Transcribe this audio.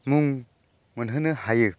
मुं मोनहोनो हायो